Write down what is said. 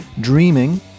Dreaming